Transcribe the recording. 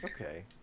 Okay